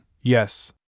yes